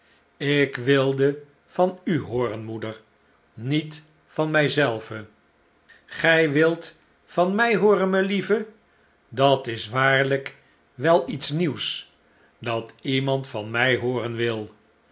ik wilde van u hooren moeder niet van mij zelve gij wilt van mij hooren melieve dat is waarlijk wel iets nieuws dat iemand van mij hooren wil